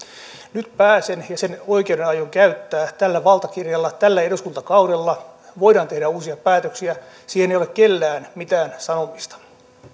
nyt pääsen ja sen oikeuden aion käyttää tällä valtakirjalla tällä eduskuntakaudella voidaan tehdä uusia päätöksiä siihen ei ole kenelläkään mitään sanomista